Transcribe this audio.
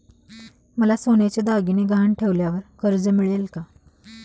मला सोन्याचे दागिने गहाण ठेवल्यावर कर्ज मिळेल का?